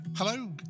Hello